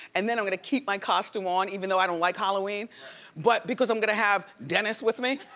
and then i'm gonna keep my costume on, even though i don't like halloween but because i'm gonna have dennis with me,